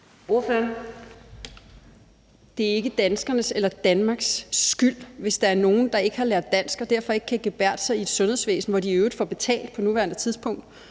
Det er ikke danskernes eller Danmarks skyld, hvis der er nogle, der ikke har lært dansk og derfor ikke kan gebærde sig i et sundhedsvæsen, hvor de i øvrigt på nuværende tidspunkt